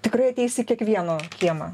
tikrai ateis į kiekvieno kiemą